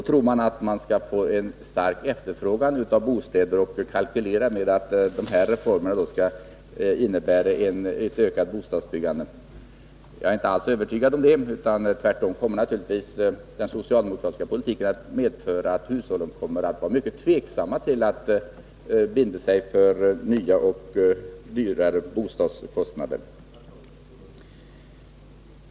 Att då tro att man skall få en stark efterfrågan på bostäder och kalkylera med att de här reformerna skall innebära ett ökat bostadsbyggande, tycker jag är märkvärdigt. Jag är tvärtom övertygad om att den socialdemokratiska politiken kommer att medföra att hushållen blir mycket tveksamma till att bestämma sig för nya och dyrare bostäder.